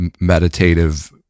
meditative